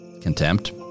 contempt